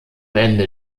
ende